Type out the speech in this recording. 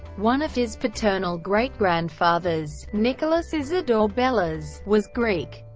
one of his paternal great-grandfathers, nicholas isidor bellas, was greek,